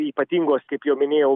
ypatingos kaip jau minėjau